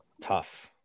tough